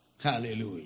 Hallelujah